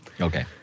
Okay